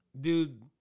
Dude